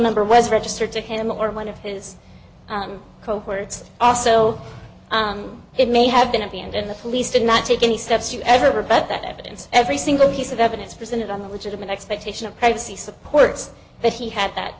number was registered to him or one of his cohorts also it may have been a b and then the police did not take any steps you ever but that evidence every single piece of evidence presented on the legitimate expectation of privacy supports that he had that